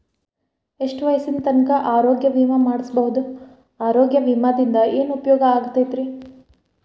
ಎಷ್ಟ ವಯಸ್ಸಿನ ತನಕ ಆರೋಗ್ಯ ವಿಮಾ ಮಾಡಸಬಹುದು ಆರೋಗ್ಯ ವಿಮಾದಿಂದ ಏನು ಉಪಯೋಗ ಆಗತೈತ್ರಿ?